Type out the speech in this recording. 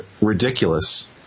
ridiculous